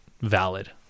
valid